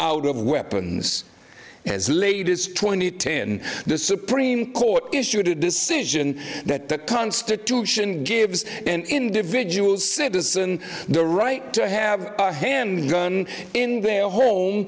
out of weapons as latest twenty ten the supreme court issued a decision that the constitution gives an individual citizen the right to have a handgun in their home